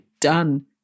done